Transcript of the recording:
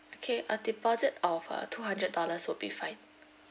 okay a deposit of uh two hundred dollars will be fine